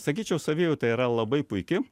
sakyčiau savijauta yra labai puiki